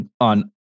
on